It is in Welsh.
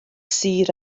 sur